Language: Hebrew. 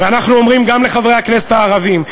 ואנחנו אומרים גם לחברי הכנסת הערבים,